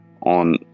on